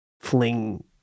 fling